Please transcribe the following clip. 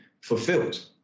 fulfilled